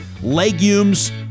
legumes